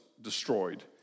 destroyed